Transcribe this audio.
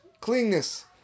cleanness